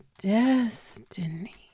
destiny